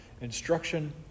instruction